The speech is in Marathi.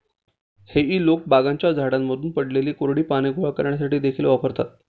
हेई लोक बागांच्या झाडांमधून पडलेली कोरडी पाने गोळा करण्यासाठी देखील वापरतात